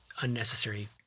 unnecessary